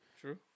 True